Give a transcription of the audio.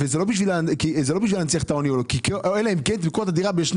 זה לא כדי להנציח את העוני אלא אם כן תמכור את הדירה ב-2